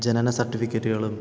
ജനന സർട്ടിഫിക്കറ്റുകളും